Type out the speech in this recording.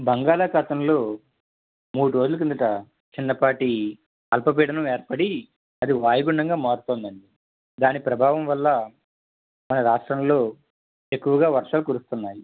బంగాళాఖాతంలో మూడు రోజులు కిందట చిన్నపాటి అల్పపీడనం ఏర్పడి అది వాయుగుండంగా మారుతుంది అండి దాని ప్రభావం వల్ల మన రాష్ట్రంలో ఎక్కువగా వర్షాలు కురుస్తున్నాయి